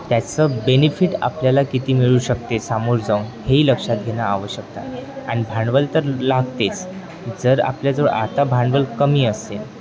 त्याचं बेनिफिट आपल्याला किती मिळू शकते सामोंर जाऊन हेही लक्षात घेणं आवश्यकता आहे आणि भांडवल तर लागतेच जर आपल्याजवळ आता भांडवल कमी असेल